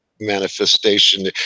manifestation